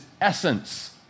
essence